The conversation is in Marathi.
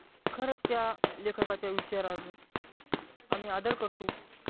खरंच त्या लेखकाच्या विचाराचा आम्ही आदर करतो